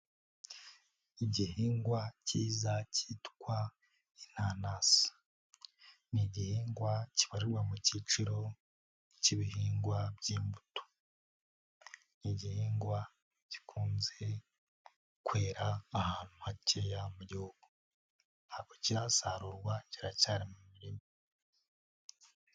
Igihingwa kiza cyitwa inanasi, ni igihingwa kibarirwa mu kiciro cy'ibihingwa by'imbuto, ni igihingwa gikunze kwera ahantu hakeya mu gihugu, ntago kirasarurwa kiracyari mu murima.